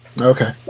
Okay